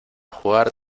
jugar